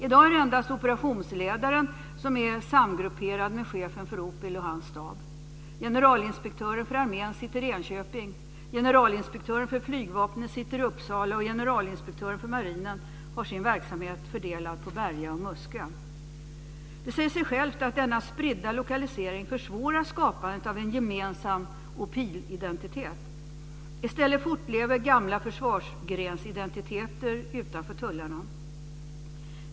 I dag är det endast operationsledaren som är samgrupperad med chefen för OPIL och hans stab. Generalinspektören för armén sitter i Enköping, generalinspektören för flygvapnet sitter i Uppsala och generalinspektören för marinen har sin verksamhet fördelad på Berga och Muskö. Det säger sig självt att denna spridda lokalisering försvårar skapandet av en gemensam OPIL-identitet. I stället fortlever gamla försvarsgrensidentiteter utanför tullarna.